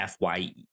fye